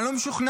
אני לא משוכנע,